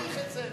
תעריך את זה.